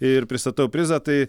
ir pristatau prizą tai